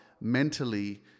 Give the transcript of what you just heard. mentally